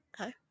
Okay